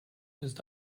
ist